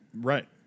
Right